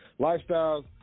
Lifestyles